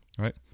Right